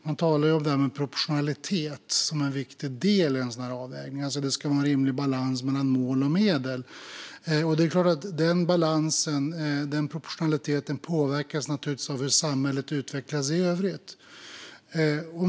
Man talar om proportionalitet som en viktig del i avvägningen, alltså att det ska vara en rimlig balans mellan mål och medel. Den balansen, proportionaliteten, påverkas naturligtvis av hur samhället utvecklas i övrigt.